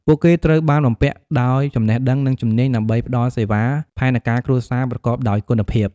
ពួកគេត្រូវបានបំពាក់ដោយចំណេះដឹង និងជំនាញដើម្បីផ្តល់សេវាផែនការគ្រួសារប្រកបដោយគុណភាព។